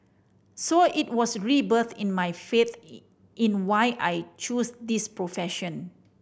so it was a rebirth in my faith in why I chose this profession